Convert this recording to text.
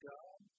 God